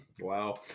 Wow